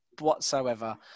whatsoever